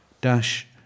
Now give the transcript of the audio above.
dash